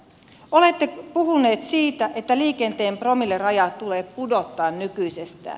olette puhunut siitä että liikenteen promilleraja tulee pudottaa nykyisestään